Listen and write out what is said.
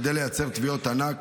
כדי לייצר תביעות ענק,